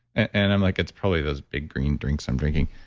and i'm like, it's probably those big green drinks i'm drinking.